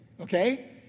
okay